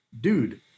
dude